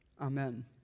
Amen